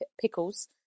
pickles